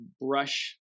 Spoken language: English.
brush